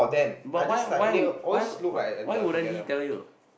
but why why why why wouldn't he tell you